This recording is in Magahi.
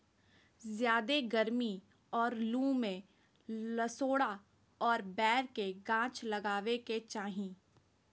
ज्यादे गरमी और लू में लसोड़ा और बैर के गाछ लगावे के चाही